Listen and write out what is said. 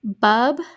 Bub